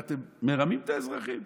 ואתם מרמים את האזרחים.